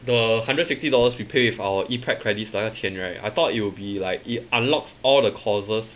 the hundred sixty dollars we pay for our E prep credits 的要钱 right I thought it will be like it unlocks all the courses